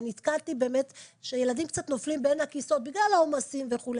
ונתקלתי באמת שילדים קצת נופלים בין הכיסאות בגלל העומסים וכו'.